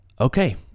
Okay